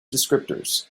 descriptors